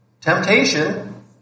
temptation